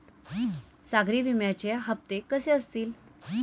सागरी विम्याचे हप्ते कसे असतील?